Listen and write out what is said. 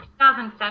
2007